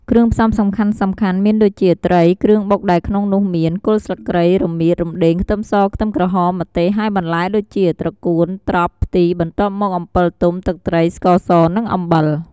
គ្រឿងផ្សំសំខាន់ៗមានដូចជា ត្រី គ្រឿងបុកដែលក្នុងនោះមាន គល់ស្លឹកគ្រៃ រមៀត រំដេង ខ្ទឹមស ខ្ទឹមក្រហម ម្ទេស ហើយបន្លែដូចជា ត្រកួន ត្រប់ ផ្ទី បន្ទាប់មកអំពិលទុំ ទឹកត្រី ស្ករស និងអំបិល។